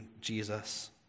Jesus